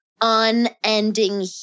unending